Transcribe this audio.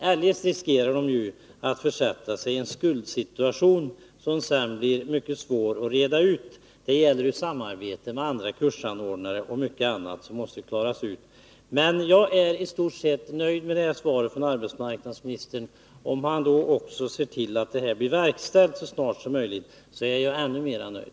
Eljest riskerar man att försätta sig i en skuldsituation som sedan blir mycket svår att reda ut. Det gäller samarbete med andra kursanordnare och mycket annat som måste klaras ut. Men jag är i stort sett nöjd med arbetsmarknadsministerns svar. Om han sedan också ser till att det han talat om blir verkställt så snart som möjligt, är jag ännu mera nöjd.